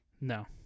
No